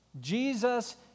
Jesus